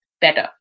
better